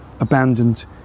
Abandoned